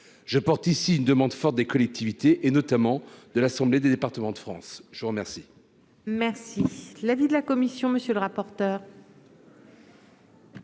je porte ici une demande forte des collectivités et notamment de l'Assemblée des départements de France, je vous remercie.